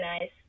nice